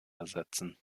ersetzen